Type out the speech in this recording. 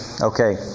Okay